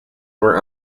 were